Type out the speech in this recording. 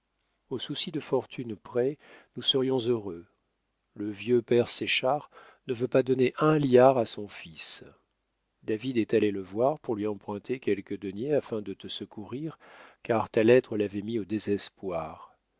aux soucis de fortune près nous serions heureux le vieux père séchard ne veut pas donner un liard à son fils david est allé le voir pour lui emprunter quelques deniers afin de te secourir car ta lettre l'avait mis au désespoir